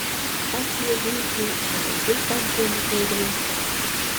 aš juodeikiui ir medžius apgeniu kai reikia